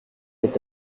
est